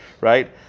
right